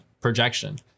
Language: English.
projection